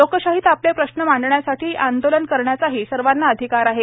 लोकशाहीत आपले प्रश्न मांडण्यासाठी आंदोलन करण्याचाही सर्वांना अधिकार आहे